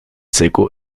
seco